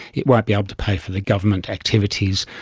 it won't be able to pay for the government activities.